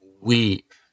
weep